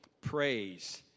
praise